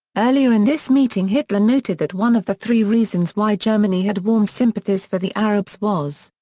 earlier in this meeting hitler noted that one of the three reasons why germany had warm sympathies for the arabs was,